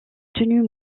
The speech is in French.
tenue